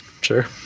sure